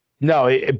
no